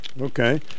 Okay